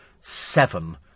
seven